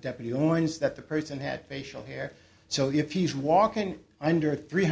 deputy owens that the person had facial hair so if he's walking under three